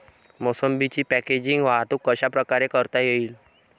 मोसंबीची पॅकेजिंग वाहतूक कशाप्रकारे करता येईल?